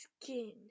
skin